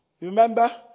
remember